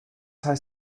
heißt